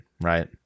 right